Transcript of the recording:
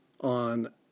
on